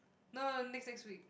no next next week